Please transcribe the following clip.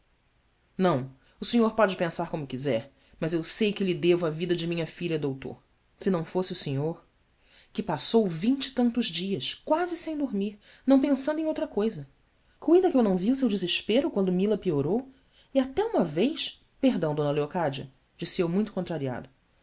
o senhor pode pensar como quiser mas eu sei que lhe devo a vida de minha filha doutor se não fosse o senhor ue passou vinte e tantos dias quase sem dormir não pensando em outra coisa cuida que eu não vi o seu desespero quando mila piorou e até uma vez erdão eocádia disse eu muito contrariado